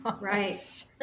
Right